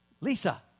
Lisa